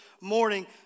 morning